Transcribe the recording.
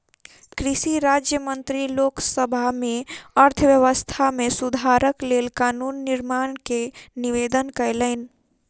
कृषि राज्य मंत्री लोक सभा में अर्थव्यवस्था में सुधारक लेल कानून निर्माण के निवेदन कयलैन